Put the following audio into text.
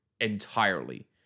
entirely